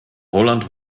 holland